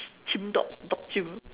chimp dog dog chimp